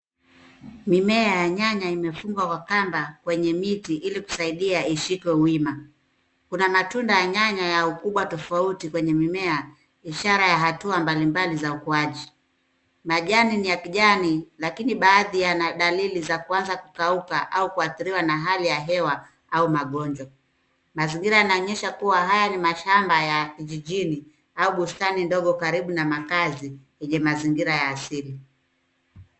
Mimea ya nyanya imefungwa kwa kamba, kwenye miti, ili kusaidia ishikwe wima. Kuna matunda ya nyanya ya ukubwa tofauti kwenye mimea, ishara ya hatua mbalimbali za ukuaji. Majani ni ya kijani, lakini baadhi yana dalili za kuanza kukauka au kuathiriwa na hali ya hewa, au magonjwa. Mazingira yanaonyesha kuwa haya ni mashamba ya vijijini, au bustani ndogo karibu na makazi, yenye mazingira ya asili.